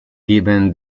given